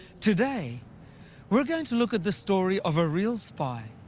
today we're going to look at the story of a real spy,